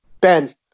Ben